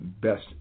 best